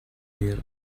here